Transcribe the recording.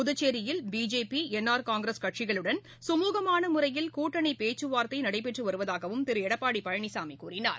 புதுச்சேரியில் BJP N R Congress கட்சிகளுடன் கமூகமான முறையில் கூட்டணி பேச்சுவார்த்தை நடந்து வருவதாகவும் திரு எடப்பாடி பழனிசாமி கூறினார்